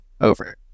Over